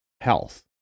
health